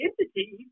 entities